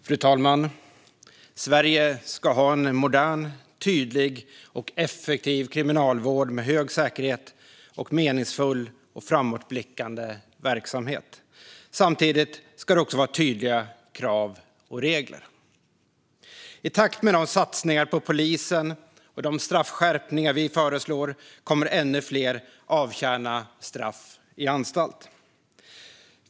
Fru talman! Sverige ska ha en modern, tydlig och effektiv kriminalvård med hög säkerhet och meningsfull och framåtblickande verksamhet. Samtidigt ska det finnas tydliga krav och regler. I takt med de satsningar på polisen och de straffskärpningar vi föreslår kommer ännu fler att avtjäna straff på anstalt.